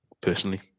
personally